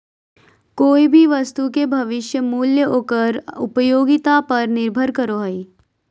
कोय भी वस्तु के भविष्य मूल्य ओकर उपयोगिता पर निर्भर करो हय